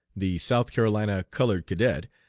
the south carolina colored cadet,